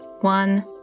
one